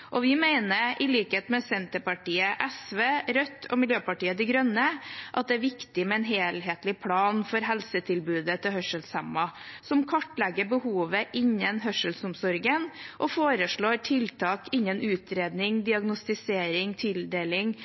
Vi mener, i likhet med Senterpartiet, SV, Rødt og Miljøpartiet De Grønne, at det er viktig med en helhetlig plan for helsetilbudet til hørselshemmede – som kartlegger behovet innen hørselsomsorgen, og som foreslår tiltak innen utredning, diagnostisering, tildeling